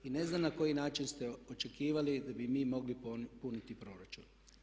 I ne znam na koji način ste očekivali da bi mi mogli puniti proračun.